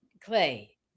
Clay